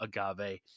agave